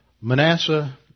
Manasseh